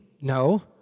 No